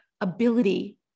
ability